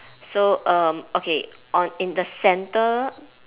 so um okay on in the centre